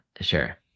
sure